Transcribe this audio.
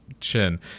chin